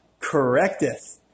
correcteth